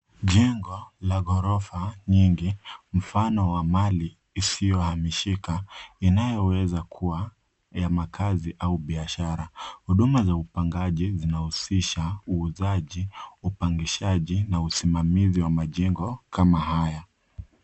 Jengo la ghorofa nyingi, mfano wa mali isiyohamishika, inayoweza kuwa ya makazi au biashara. Huduma za upangaji zinahusisha, uuzaji, upagishaji na usimamizi wa majengo kama haya.